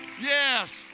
Yes